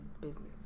business